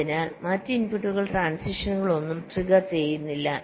അതിനാൽ മറ്റ് ഇൻപുട്ടുകൾ ട്രാന്സിഷനുകളൊന്നും ട്രിഗർ ചെയ്യില്ല